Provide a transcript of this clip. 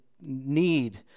need